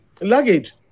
luggage